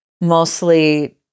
mostly